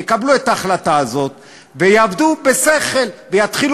יקבלו את ההחלטה הזאת ויעבדו בשכל ויתחילו